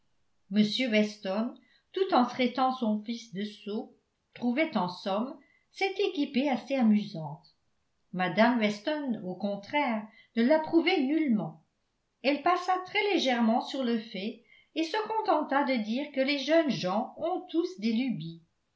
m weston tout en traitant son fils de sot trouvait en somme cette équipée assez amusante mme weston au contraire ne l'approuvait nullement elle passa très légèrement sur le fait et se contenta de dire que les jeunes gens ont tous des lubies